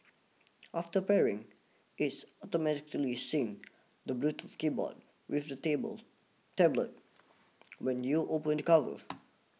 after pairing it's automatically syncs the Bluetooth keyboard with the tables tablet when you open the cover